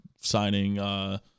signing